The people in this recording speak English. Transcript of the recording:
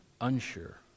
unsure